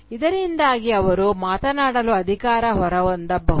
ಇದರಿಂದಾಗಿ ಅವರು ಮಾತನಾಡಲು ಅಧಿಕಾರ ಹೊಂದಬಹುದು